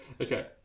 Okay